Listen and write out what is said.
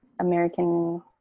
American